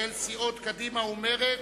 של סיעות קדימה ומרצ,